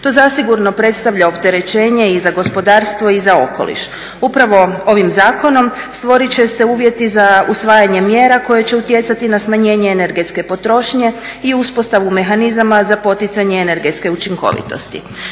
To zasigurno predstavlja opterećenje i za gospodarstvo i za okoliš. Upravo ovim zakonom stvorit će se uvjeti za usvajanje mjera koje će utjecati na smanjenje energetske potrošnje i uspostavu mehanizama za poticanje energetska učinkovitosti.